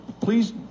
please